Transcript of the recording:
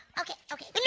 okay, okay. but no,